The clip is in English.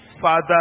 Father